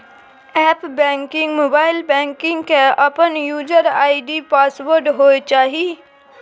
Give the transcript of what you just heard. app banking, mobile banking के अपन user ID password होय चाहिए